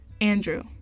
Andrew